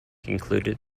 concluded